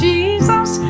Jesus